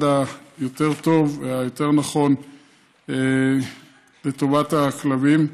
היותר-טוב והיותר-נכון לטובת הכלבים.